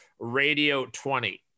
RADIO20